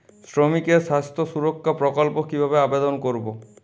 শ্রমিকের স্বাস্থ্য সুরক্ষা প্রকল্প কিভাবে আবেদন করবো?